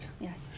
Yes